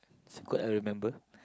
it's a good I remember